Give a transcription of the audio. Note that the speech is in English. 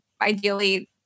ideally